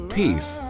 peace